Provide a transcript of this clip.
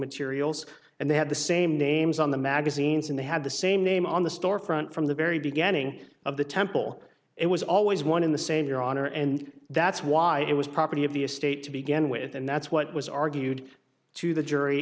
materials and they had the same names on the magazines and they had the same name on the store front from the very beginning of the temple it was always one in the same your honor and that's why it was property of the estate to begin with and that's what was argued to the jury